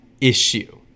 issue